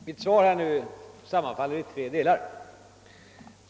Herr talman! Mitt svar sönderfaller i tre delar.